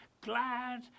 glad